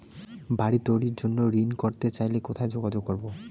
বাড়ি তৈরির জন্য ঋণ করতে চাই কোথায় যোগাযোগ করবো?